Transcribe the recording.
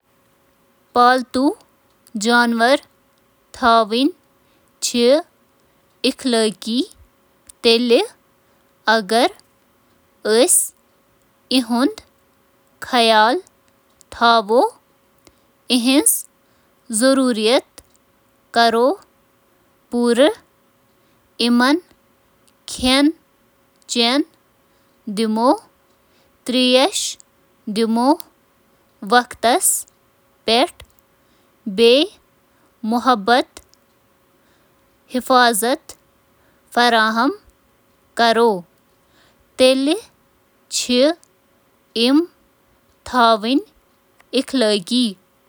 یہٕ چُھ جانورن ہنٛز انواع، مناسب دیکھ بھال فراہم کرنس منٛز پالتو جانورن ہنٛد مألک سنٛز ذمہٕ دأری، تہٕ جانورن ہنٛز فلاح و بہبود ہیوین عواملن پیٹھ منحصر۔